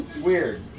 weird